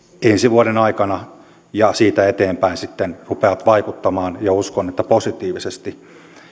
ensi vuoden aikana ja siitä eteenpäin sitten rupeavat vaikuttamaan ja uskon että positiivisesti